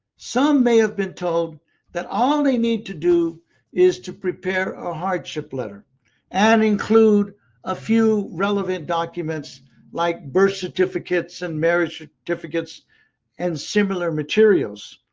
some may have been told that all they need to do is to prepare a hardship letter and include a few relevant documents like birth certificates and marriage ah certificates and similar materials.